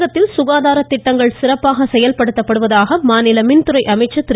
தமிழகத்தில் சுகாதார திட்டங்கள் சிறப்பாக செயல்படுத்தப்படுவதாக மாநில மின்துறை திரு